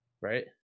right